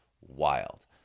wild